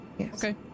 Okay